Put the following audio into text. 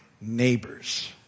neighbors